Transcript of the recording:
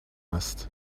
است